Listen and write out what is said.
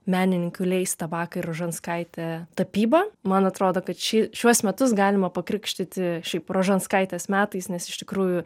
menininkių leis tabaka ir rožanskaitę tapyba man atrodo kad ši šiuos metus galima pakrikštyti šiaip rožanskaitės metais nes iš tikrųjų